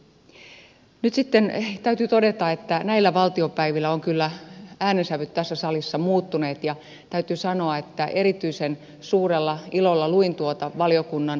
nyt sitten täytyy todeta että näillä valtiopäivillä ovat kyllä äänensävyt tässä salissa muuttuneet ja täytyy sanoa että erityisen suurella ilolla luin tuota valiokunnan mietintöä